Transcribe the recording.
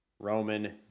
Roman